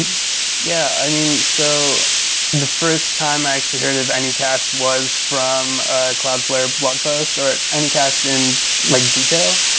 and yeah. i mean so the first time i actually heard of anycast was from a cloudflare blog post, or anycast in like detail.